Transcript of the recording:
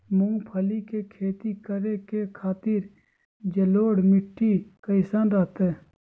मूंगफली के खेती करें के खातिर जलोढ़ मिट्टी कईसन रहतय?